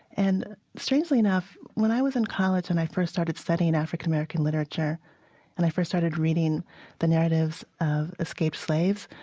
and strangely enough, when i was in college and i first started studying african-american literature and i first started reading the narratives of escaped slaves,